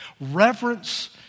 Reverence